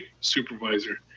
supervisor